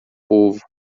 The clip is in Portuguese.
povo